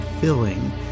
filling